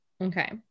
okay